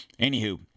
anywho